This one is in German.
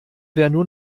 werden